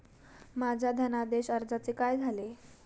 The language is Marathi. माझ्या धनादेश अर्जाचे काय झाले?